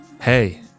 hey